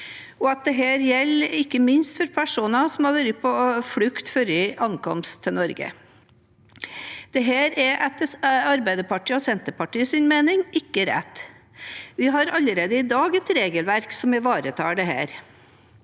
og at dette ikke minst gjelder for personer som har vært på flukt før ankomst til Norge. Dette er etter Arbeiderpartiet og Senterpartiets mening ikke rett. Vi har allerede i dag et regelverk som ivaretar dette.